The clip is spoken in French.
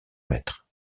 maître